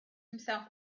himself